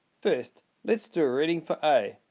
first let's do a reading for a.